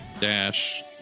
dash